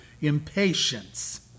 impatience